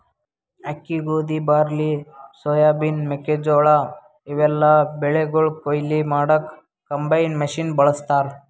ಅಕ್ಕಿ ಗೋಧಿ barley soybean ಮೆಕ್ಕೆಜೋಳಾ ಇವೆಲ್ಲಾ ಬೆಳಿಗೊಳ್ ಕೊಯ್ಲಿ ಮಾಡಕ್ಕ್ ಕಂಬೈನ್ ಮಷಿನ್ ಬಳಸ್ತಾರ್